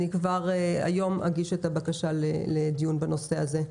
אני כבר היום אגיש את הבקשה לדיון בנושא הזה.